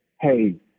hey